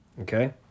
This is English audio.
Okay